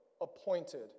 appointed